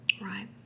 Right